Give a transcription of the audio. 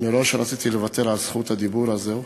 רציתי לוותר מראש על זכות הדיבור הזאת,